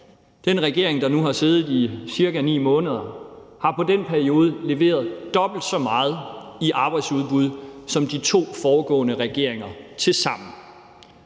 den regering, der nu har siddet i ca. 9 måneder, i den periode har leveret dobbelt så meget i forhold til arbejdsudbud som de to foregående regeringer tilsammen.